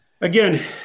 again